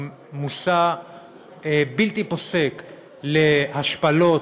הם מושא בלתי פוסק להשפלות,